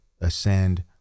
ascend